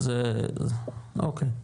אוקי.